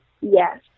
yes